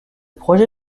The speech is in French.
projet